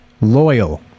loyal